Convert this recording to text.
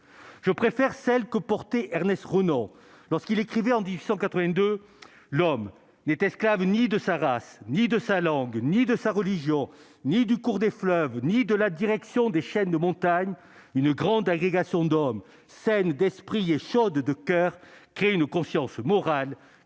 je préfère celle que portait Ernest Renan, lorsqu'il écrivait en 1882 l'homme n'est esclave ni de sa race, ni de sa langue, ni de sa religion, ni du cours des fleuves, ni de la direction des chaînes de montagnes, il ne grande agrégation d'hommes saine d'esprit et chaude de coeur qu'il ait une conscience morale